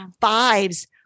Fives